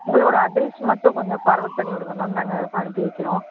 உங்களோட அட்ரஸ் மட்டும் கொஞ்சம் ஃபார்வேட் பண்ணி விடுங்க மேம் நாங்கள் அனுப்பி வைக்கிறோம்